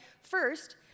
First